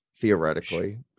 theoretically